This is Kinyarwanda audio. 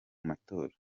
matora